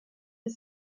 dix